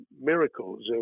miracles